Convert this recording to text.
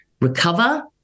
Recover